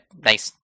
nice